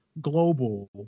Global